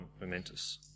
momentous